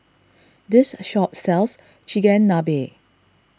this shop sells Chigenabe